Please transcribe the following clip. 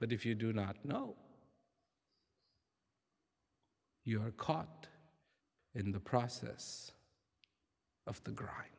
but if you do not know you are caught in the process of the grind